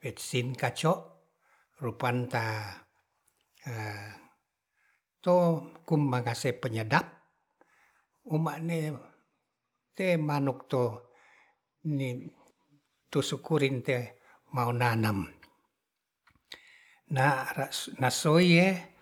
petsin kaco rupanta to ku mangase penyedap uma'ne te manuk to tusukurin te maunanam na ara nasoye